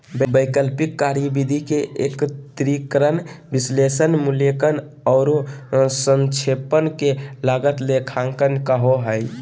वैकल्पिक कार्यविधि के एकत्रीकरण, विश्लेषण, मूल्यांकन औरो संक्षेपण के लागत लेखांकन कहो हइ